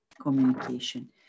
communication